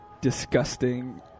disgusting